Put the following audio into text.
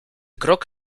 krok